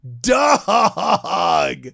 Dog